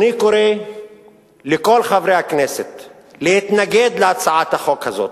אני קורא לכל חברי הכנסת להתנגד להצעת החוק הזאת,